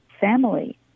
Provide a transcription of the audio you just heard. family